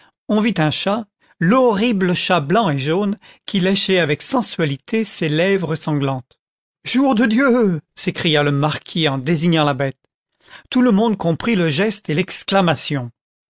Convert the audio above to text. on vit un chat l'horrible chat blanc et jaune qui léchait avec sensualité ses lèvres sanglantes content from google book search generated at de dieu s'écria le marquis en désignant la bête tout le monde comprit le geste et l'exclamation